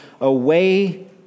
away